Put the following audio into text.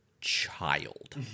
child